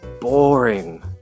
boring